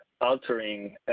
altering